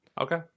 Okay